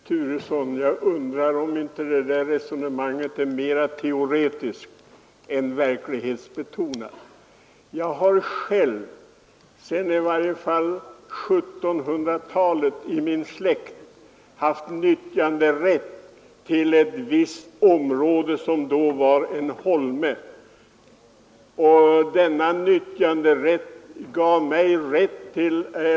Herr talman! Jag undrar om inte herr Turessons resonemang är mera teoretiskt än verklighetsbetonat. I min släkt har vi i varje fall sedan 1700-talet haft nyttjanderätt till ett visst område, som ursprungligen var en holme.